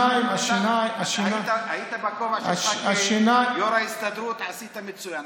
היית בכובע שלך כיו"ר ההסתדרות, עשית מצוין.